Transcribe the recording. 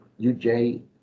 UJ